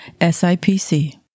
SIPC